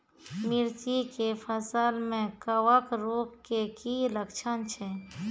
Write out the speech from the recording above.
मिर्ची के फसल मे कवक रोग के की लक्छण छै?